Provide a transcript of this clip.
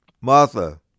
Martha